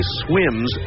swims